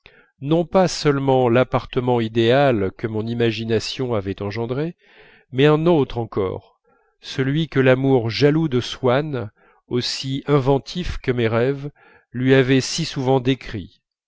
non pas seulement l'appartement idéal que mon imagination avait engendré mais un autre encore celui que l'amour jaloux de swann aussi inventif que mes rêves lui avait si souvent décrit